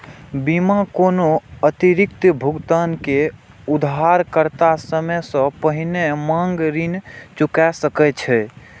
बिना कोनो अतिरिक्त भुगतान के उधारकर्ता समय सं पहिने मांग ऋण चुका सकै छै